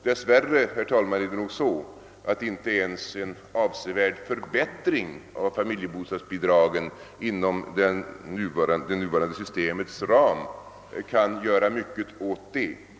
Dess värre, herr talman, är det nog så, att inte ens en avsevärd förbättring av familjebostadsbidragen inom det nuvarande systemets ram kan göra mycket åt detta förhållande.